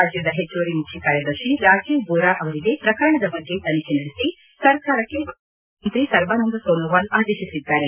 ರಾಜ್ಯದ ಹೆಚ್ಚುವರಿ ಮುಖ್ಯ ಕಾರ್ಯದರ್ಶಿ ರಾಜೀವ್ ಬೋರಾ ಅವರಿಗೆ ಪ್ರಕರಣದ ಬಗ್ಗೆ ತನಿಖೆ ನಡೆಸಿ ಸರ್ಕಾರಕ್ಕೆ ವರದಿ ಸಲ್ಲಿಸುವಂತೆ ಮುಖ್ಯಮಂತ್ರಿ ಸರ್ಬಾನಂದ ಸೋನೋವಾಲ್ ಆದೇಶಿಸಿದ್ದಾರೆ